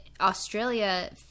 Australia